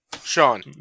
Sean